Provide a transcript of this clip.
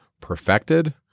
perfected